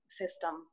system